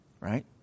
Right